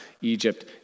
Egypt